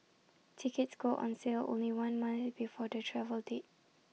tickets go on sale only one month before the travel date